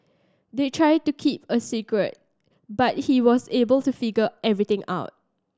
they tried to keep it a secret but he was able to figure everything out